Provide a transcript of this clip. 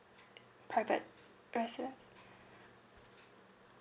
private residence